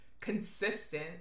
Consistent